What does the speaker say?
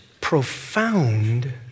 profound